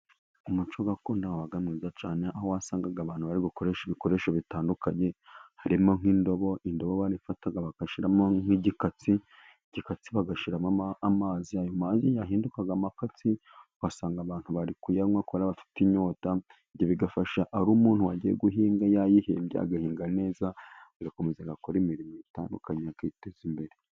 Umuco gakondo wabaga mwiza cyane, aho wasangaga abantu bari gukoresha ibikoresho bitandukanye, harimo nk'indobo. Indobo barayifataga, bagashyiramo nk'igikatsi, igikatsi bagashyiramo amazi. Ayo mazi yahindukaga amakatsi, ugasanga abantu bari kuyanywa kubera bafite inyota. Ibyo bigafasha; ari umuntu wagiye guhinga, yayihembye, agahinga neza, agakomeza agakora imirimo itandukanye, akiteza imbere.